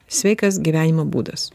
sveikas gyvenimo būdas